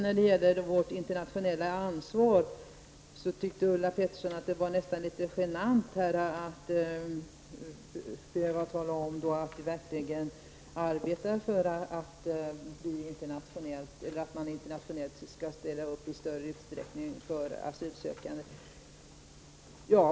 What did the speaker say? När det gäller vårt internationella ansvar tyckte Ulla Pettersson att det var litet genant att behöva tala om att Sverige verkligen arbetar för att man på det internationella planet i större utsträckning skall ställa upp för asylsökande.